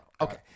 Okay